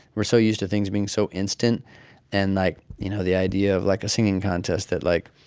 we're so used to things being so instant and, like, you know, the idea of, like, a singing contest that, like,